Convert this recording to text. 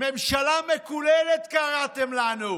"ממשלה מקוללת", קראתם לנו.